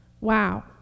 Wow